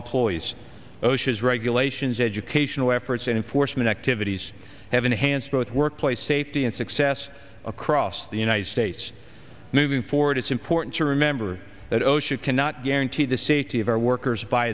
employees osha's regulations educational efforts and enforcement activities have enhanced both workplace safety and success across the united states moving forward it's important to remember that osha cannot guarantee the safety of our workers by